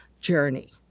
journey